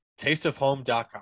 tasteofhome.com